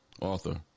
author